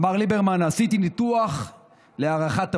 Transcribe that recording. אמר ליברמן: עשיתי ניתוח להארכת הפתיל,